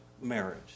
marriage